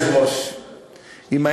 של